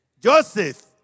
Joseph